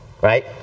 right